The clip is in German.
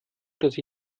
dass